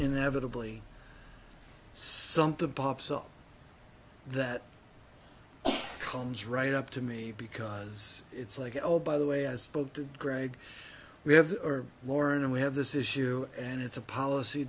inevitably something pops up that comes right up to me because it's like oh by the way i spoke to greg we have the herb lauren and we have this issue and it's a policy